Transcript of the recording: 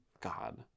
God